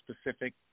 specific